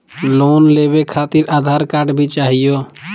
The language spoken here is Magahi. लोन लेवे खातिरआधार कार्ड भी चाहियो?